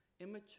immature